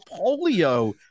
polio